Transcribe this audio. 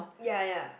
ya ya